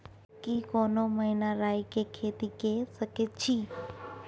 की कोनो महिना राई के खेती के सकैछी?